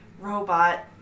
robot